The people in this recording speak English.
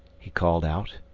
he called out.